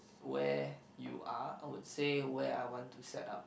where you are I would say where I want to set up